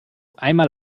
einmal